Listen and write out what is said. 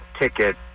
ticket